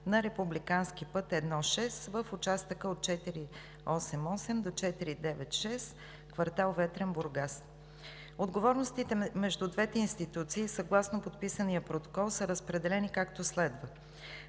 на републикански път І-6 в участъка от км 488 до км 496 – квартал „Ветрен“ – Бургас. Отговорностите между двете институции съгласно подписания протокол са разпределени както следва: